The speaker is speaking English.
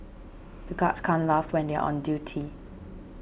the guards can't laugh when they are on duty